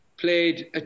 played